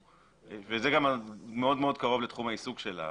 זה גם מאוד מאוד קרוב לתחום העיסוק שלה.